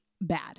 bad